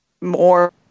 more